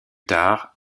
tard